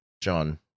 John